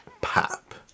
pop